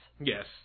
Yes